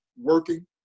working